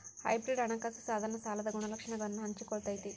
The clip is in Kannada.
ಹೈಬ್ರಿಡ್ ಹಣಕಾಸ ಸಾಧನ ಸಾಲದ ಗುಣಲಕ್ಷಣಗಳನ್ನ ಹಂಚಿಕೊಳ್ಳತೈತಿ